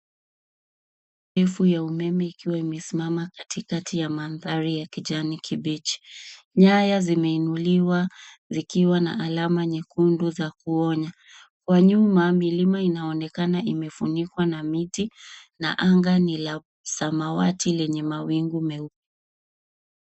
Efu ya umeme ikiwa imesimama katikati ya mandhari ya kijani kibichi. Nyaya zimeinuliwa zikiwa na alama nyekundu za kuonya. Kwa nyuma milima inaonekana imefunikwa na miti na anga ni la samawati lenye mawingu meupe.